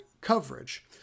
coverage